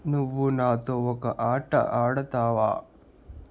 నువ్వు నాతో ఒక ఆట ఆడతావా